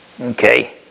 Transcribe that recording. Okay